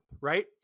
right